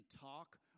talk